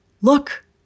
look